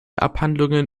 abhandlungen